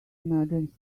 emergency